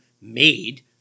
made